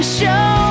show